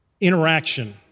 interaction